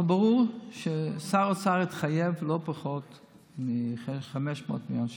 אבל ברור ששר האוצר התחייב ללא פחות מ-500 מיליון שקל.